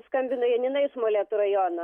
skambina janina iš molėtų rajono